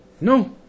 No